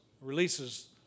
releases